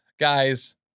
Guys